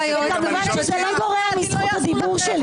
--- כמובן זה לא גורע מזכות הדיבור שלי.